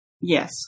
yes